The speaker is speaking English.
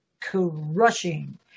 crushing